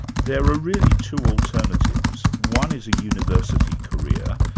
there are really two alternatives one is a university career,